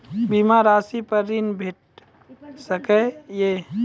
बीमा रासि पर ॠण भेट सकै ये?